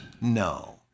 No